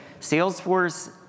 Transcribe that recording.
Salesforce